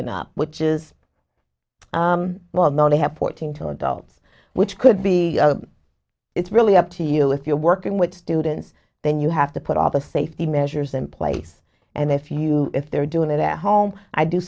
up which is well known they have fourteen two adults which could be it's really up to you if you're working with students then you have to put all the safety measures in place and if you if they're doing it at home i do